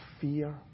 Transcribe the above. fear